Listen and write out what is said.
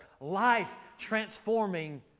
life-transforming